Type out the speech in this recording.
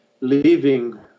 leaving